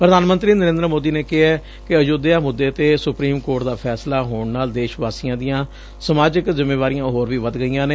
ਪ੍ਧਾਨ ਮੰਤਰੀ ਨਰੇਂਦਰ ਮੋਦੀ ਨੇ ਕਿਹੈ ਕਿ ਅਯੁਧਿਆ ਮੁੱਦੇ ਤੇ ਸੁਪਰੀਮ ਕੋਰਟ ਦਾ ਫੈਸਲਾ ਹੋਣ ਨਾਲ ਦੇਸ਼ ਵਾਸੀਆਂ ਦੀਆਂ ਸਮਾਰਕ ਜਿਮੇਵਾਰੀਆਂ ਹੋਰ ਵੀ ਵੱਧ ਗਈਆਂ ਨੇ